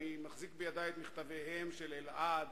אני מחזיק בידי את מכתביהם של אלעד